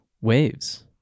waves